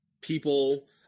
people